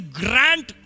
grant